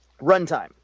runtime